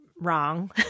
wrong